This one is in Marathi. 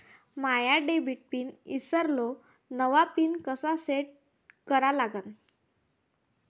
माया डेबिट पिन ईसरलो, नवा पिन कसा सेट करा लागन?